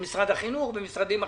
במשרד החינוך ובמשרדים אחרים?